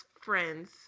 friends